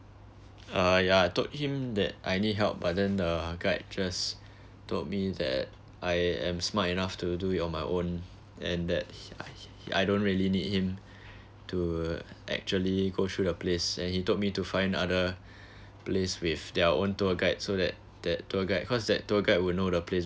ah ya I told him that I need help but then the guide just told me that I am smart enough to do it on my own and that I don't really need him to actually go through the place and he told me to find other place with their own tour guide so that that tour guide because that tour guide would know the place